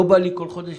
לא בא לי כל חודש,